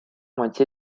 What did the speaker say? moitié